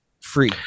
free